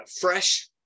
fresh